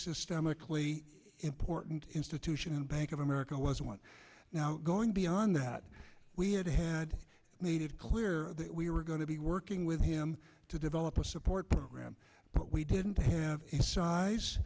systemically important institution and bank of america was one now going beyond that we had had made it clear that we were going to be working with him to all of the support program but we didn't have a size